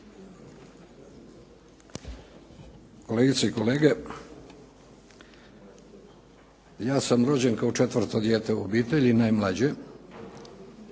Kolegice i kolege, ja sam rođen kao četvrto dijete u obitelji i najmlađe